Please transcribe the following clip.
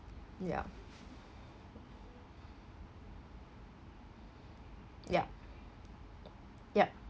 yup yup yup